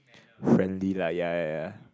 friendly lah ya ya ya